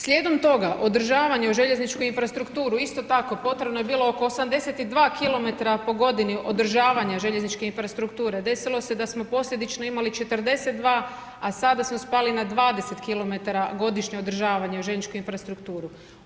Slijedom toga održavanje u željezničku infrastrukturu, isto tako, potrebno je bilo oko 82 km po godini održavanja željezničke infrastrukture desilo se da smo posljedično imali 42, a sada smo spali na 20 kilometra godišnje održavanje u željezničku infrastrukture.